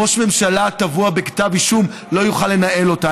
ראש ממשלה טבוע בכתב אישום לא יוכל לנהל אותה.